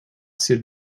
s’il